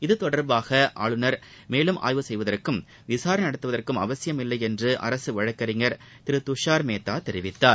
இது தொடர்பாக ஆளுநர் மேலும் ஆய்வு செய்வதற்கும் விசாரணை நடத்துவதற்கும் அவசியம் இல்லை என்று அரசு வழக்கறிஞர் திரு துஷார் மேத்தா தெரிவித்தார்